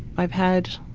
i've had,